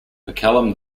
mccallum